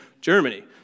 Germany